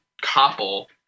couple